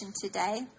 today